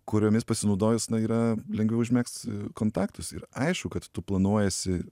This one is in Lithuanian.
kuriomis pasinaudojus na yra lengviau užmegzt kontaktus ir aišku kad tu planuojiesi